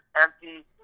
empty